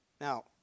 Now